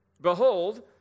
Behold